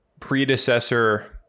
predecessor